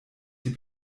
die